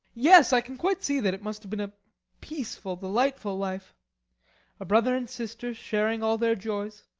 yes, i can quite see that it must have been a peaceful, delightful life a brother and sister sharing all their joys.